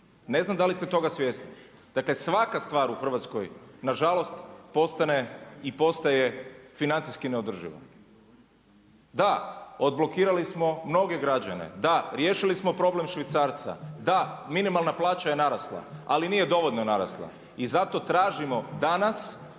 ne znam da li ste toga svjesni. Dakle svaka stvar u Hrvatskoj nažalost postane i postaje financijski neodrživa. Da, odblokirali smo mnoge građane, da riješili smo problem švicarca, da, minimalna plaća je narasla ali nije dovoljno narasla. I zato tražimo danas